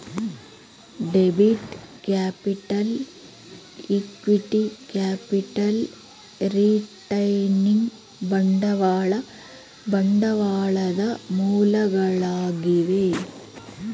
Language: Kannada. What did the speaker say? debit capital, equity capital, retaining ಬಂಡವಾಳ ಬಂಡವಾಳದ ಮೂಲಗಳಾಗಿವೆ